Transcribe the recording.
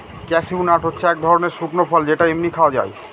cashew nut হচ্ছে এক ধরনের শুকনো ফল যেটা এমনি খাওয়া যায়